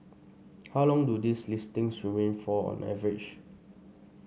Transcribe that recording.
how long do these listings remain for on average